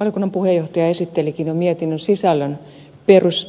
valiokunnan puheenjohtaja esittelikin jo mietinnön sisällön